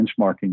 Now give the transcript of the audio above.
benchmarking